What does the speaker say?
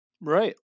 Right